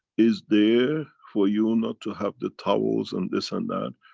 is there for you not to have the towels and this and that.